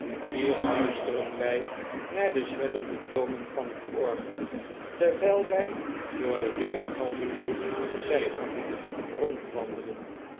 luisteren wij naar de zwellende tonen van het orgel terwijl wij door de weergalmende zijgangen rondwandelen